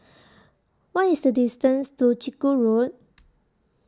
What IS The distance to Chiku Road